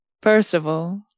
Percival